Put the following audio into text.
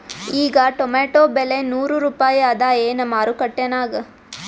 ಈಗಾ ಟೊಮೇಟೊ ಬೆಲೆ ನೂರು ರೂಪಾಯಿ ಅದಾಯೇನ ಮಾರಕೆಟನ್ಯಾಗ?